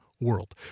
world